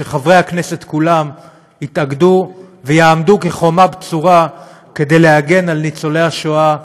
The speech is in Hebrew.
שחברי הכנסת כולם יתאגדו ויעמדו כחומה בצורה כדי להגן על ניצולי השואה.